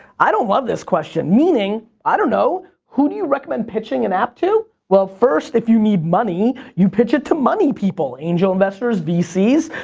i don't love this question, meaning, i don't know? who do you recommend pitching an app to? well, first, if you need money, you pitch it to money people angel investors, vcs.